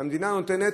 שהמדינה נותנת,